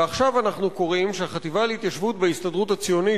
ועכשיו אנחנו קוראים שהחטיבה להתיישבות בהסתדרות הציונית,